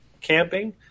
camping